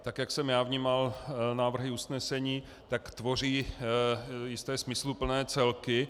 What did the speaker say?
Tak jak jsem já vnímal návrhy usnesení, tak tvoří jisté smysluplné celky.